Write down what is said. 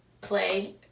play